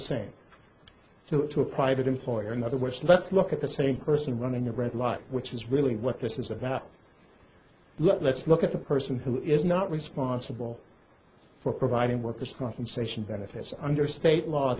the same so to a private employer in other words let's look at the same person running the red light which is really what this is about let's look at the person who is not responsible for providing workers compensation benefits under state law